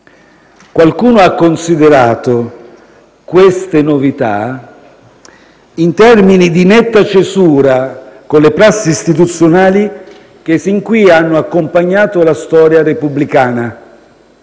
Qualcuno ha considerato queste novità in termini di netta cesura con le prassi istituzionali che sin qui hanno accompagnato la storia repubblicana: